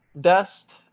dust